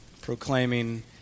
proclaiming